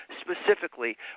specifically